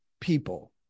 people